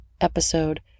episode